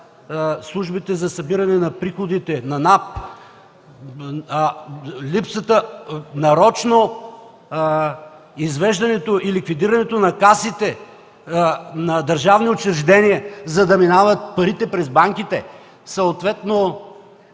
службите за събиране на приходите – НАП, за липсата, нарочното изваждане и ликвидирането на касите на държавни учреждения, за да минават парите през банките, съответно